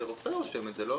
רופא רושם את זה.